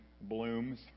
blooms